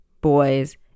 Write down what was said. boys